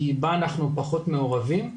כי בה אנחנו פחות מעורבים.